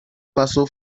paso